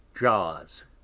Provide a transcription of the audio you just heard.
jaws